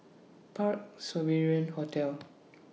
Parc Sovereign Hotel